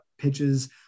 pitches